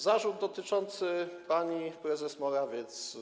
Zarzut dotyczący pani prezes Morawiec.